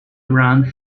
around